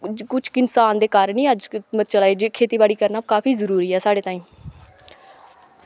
कुछ इन्सान दे कारण ही अज चला दी जे खेतीबाड़ी करना काफी जरूरी ऐ साढ़े ताईं